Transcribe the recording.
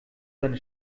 seine